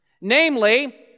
Namely